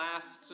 last